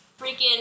freaking